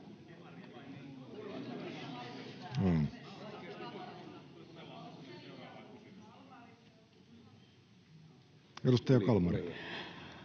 edustaja Kalmari,